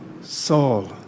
Saul